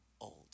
old